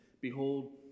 Behold